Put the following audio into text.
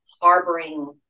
harboring